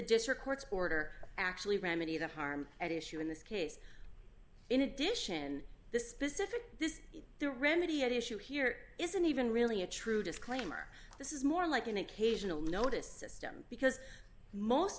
district court's order actually remedy the harm at issue in this case in addition the specific this is the remedy at issue here isn't even really a true disclaimer this is more like an occasional noticed system because most